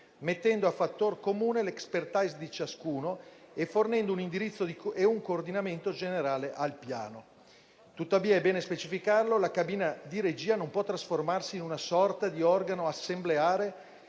mettendo a fattor comune l'*expertise* di ciascuno e fornendo un indirizzo e un coordinamento generale al piano. Tuttavia - è bene specificarlo - la cabina di regia non può trasformarsi in una sorta di organo assemblare